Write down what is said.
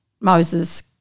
Moses